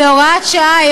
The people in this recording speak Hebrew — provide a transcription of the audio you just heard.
זו הוראת שעה,